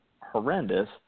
horrendous